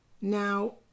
Now